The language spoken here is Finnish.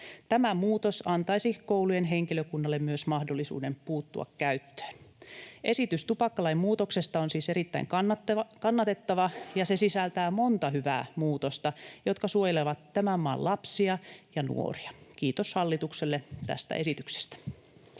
Tämä muutos antaisi koulujen henkilökunnalle myös mahdollisuuden puuttua käyttöön. Esitys tupakkalain muutoksesta on siis erittäin kannatettava, ja se sisältää monta hyvää muutosta, jotka suojelevat tämän maan lapsia ja nuoria. — Kiitos hallitukselle tästä esityksestä.